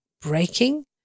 Breaking